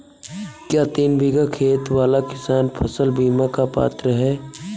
क्या तीन बीघा खेत वाला किसान फसल बीमा का पात्र हैं?